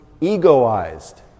egoized